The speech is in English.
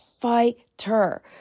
fighter